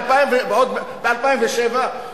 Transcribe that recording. ב-2007,